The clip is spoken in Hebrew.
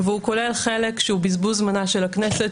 והוא כולל חלק שהוא בזבוז זמנה של הכנסת,